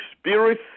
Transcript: Spirit